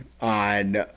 on